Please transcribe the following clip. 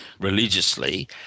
religiously